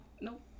Nope